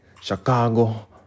Chicago